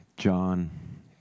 John